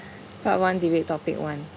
part one debate topic one